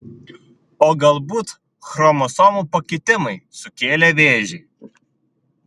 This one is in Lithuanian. o galbūt chromosomų pakitimai sukėlė vėžį